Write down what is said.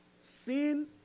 Sin